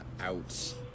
out